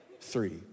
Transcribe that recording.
Three